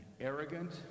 arrogant